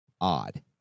odd